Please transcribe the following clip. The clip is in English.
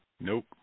Nope